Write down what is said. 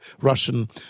Russian